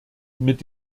mit